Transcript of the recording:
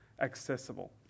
accessible